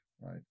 right